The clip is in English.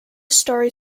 story